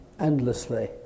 endlessly